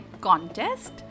contest